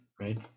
right